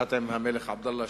אחת עם המלך עבדאללה,